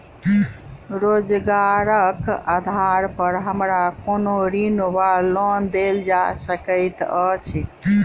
रोजगारक आधार पर हमरा कोनो ऋण वा लोन देल जा सकैत अछि?